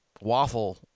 waffle